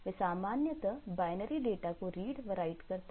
वे सामान्यता binary data को read व write करते हैं